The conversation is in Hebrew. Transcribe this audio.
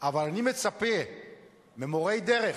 אבל אני מצפה ממורי דרך: